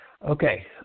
Okay